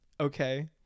okay